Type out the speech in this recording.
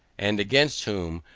and against whom,